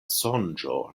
sonĝo